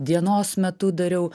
dienos metu dariau